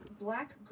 black